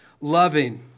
loving